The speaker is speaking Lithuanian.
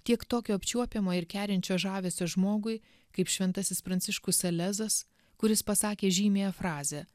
tiek tokio apčiuopiamo ir kerinčio žavesio žmogui kaip šventasis pranciškus salezas kuris pasakė žymiąją frazę